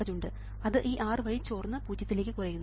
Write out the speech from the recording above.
അത് ഈ R വഴി ചോർന്ന് പൂജ്യത്തിലേക്ക് കുറയുന്നു